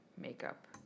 makeup